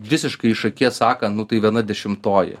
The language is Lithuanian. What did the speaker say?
visiškai iš akies sakan nu tai viena dešimtoji